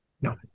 No